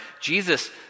Jesus